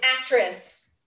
actress